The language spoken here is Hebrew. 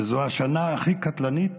וזו השנה הכי קטלנית